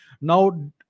Now